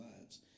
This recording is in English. lives